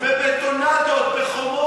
אתם חילקתם אותה בבטונדות, בחומות.